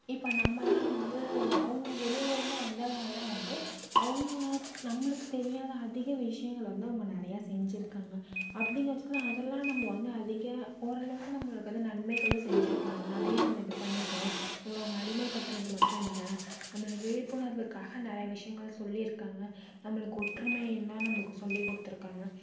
இப்போ நம்மலாம் வந்து அவங்க வெளிலேயிருந்து வந்ததால் வந்து அவங்கள நம்மளுக்கு தெரியாத அதிக விஷயங்கள் வந்து அவங்க நிறைய செஞ்சிருக்காங்க அப்படிங்கிற பட்சத்தில் அதெல்லாம் நம்ம வந்து அதிக ஓரளவுக்கு நம்மளுக்கு வந்து நன்மைகளும் செஞ்சிருக்காங்க அதையும் நம்ம இது பண்ணிக்கனும் நம்மளை அவங்க அடிமைப்படுத்துனது மட்டும் இல்லை நம்மளுக்கு விழிப்புணர்வுக்காக நிறையா விஷயங்கள சொல்லிருக்காங்க நம்மளுக்கு ஒற்றுமையினா நம்மளுக்கு சொல்லி கொடுத்துருக்காங்க